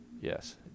Yes